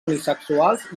unisexuals